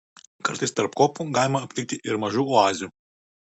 kartais tarp kopų galima aptikti ir mažų oazių